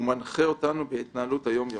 ומנחה אותנו בהתנהלות היום יומית.